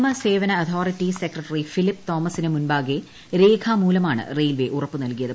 നിയമസേവന authority secretary Philip തോമസിനു മുമ്പാകെ രേഖാമൂലമാണ് റെയിൽവെ ഉറപ്പ് നൽകിയത്